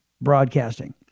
broadcasting